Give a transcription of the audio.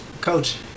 coach